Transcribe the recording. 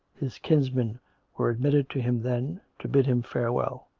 his kinsmen were admitted to him then, to bid him farewell